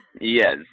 Yes